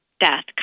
death